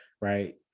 right